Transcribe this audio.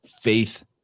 faith